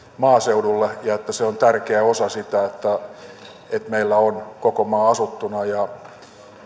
maaseudulle ja että se on tärkeä osa sitä että meillä on koko maa asuttuna ja